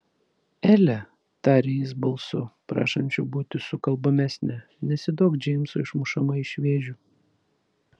ele tarė jis balsu prašančiu būti sukalbamesnę nesiduok džeimso išmušama iš vėžių